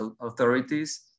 authorities